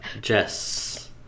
Jess